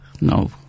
No